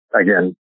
again